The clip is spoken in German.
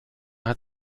hat